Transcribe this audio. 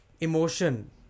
emotion